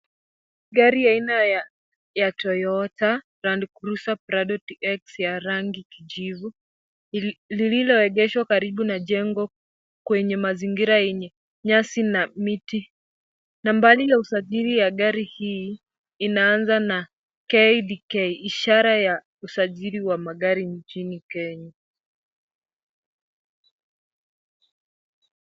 Gari aina ya Toyota Land cruiser Prado TX la rangi ya kijivu lilioegeshwa karibu na jengo kwenye mazingira yenye nyasi na miti. Nambari ya usajili ya gari hili liaanza na KDK ishara ya usajili wa magari nchini Kenya .